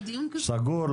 סגור,